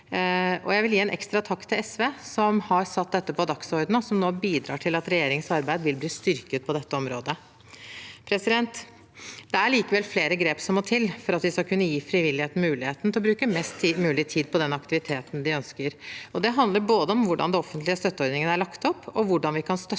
Jeg vil gi en ekstra takk til SV, som har satt dette på dagsordenen, og som nå bidrar til at regjeringens arbeid vil bli styrket på dette området. Det er likevel flere grep som må til for at vi skal kunne gi frivilligheten muligheten til å bruke mest mulig tid på den aktiviteten de ønsker. Det handler både om hvordan de offentlige støtteordningene er lagt opp, og hvordan vi kan støtte